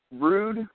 rude